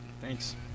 Thanks